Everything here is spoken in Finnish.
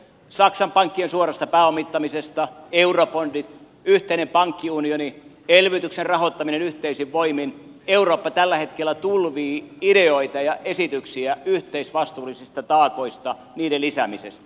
vaatimukset saksan pankkien suorasta pääomittamisesta eurobondit yhteinen pankkiunioni elvytyksen rahoittaminen yhteisin voimin eurooppa tulvii tällä hetkellä ideoita ja esityksiä yhteisvastuullisista taakoista niiden lisäämisestä